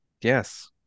Yes